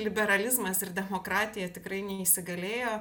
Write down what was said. liberalizmas ir demokratija tikrai neįsigalėjo